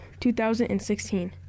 2016